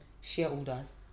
shareholders